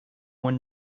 when